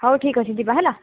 ହଉ ଠିକ୍ ଅଛି ଯିବା ହେଲା